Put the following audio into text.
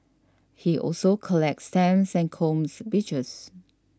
he also collects stamps and combs beaches